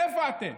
איפה אתם?